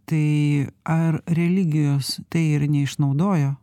tai ar religijos tai ir neišnaudojo